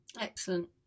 Excellent